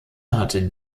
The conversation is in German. hatte